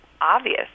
obvious